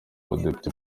abadepite